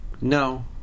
no